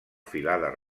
filades